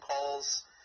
calls